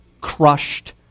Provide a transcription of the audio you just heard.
crushed